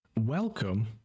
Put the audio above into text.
Welcome